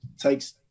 takes